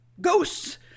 Ghosts